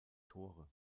tore